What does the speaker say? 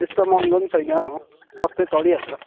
त्यस्तो महँगो पनि छुइनँ म सस्तै चलिहाल्छ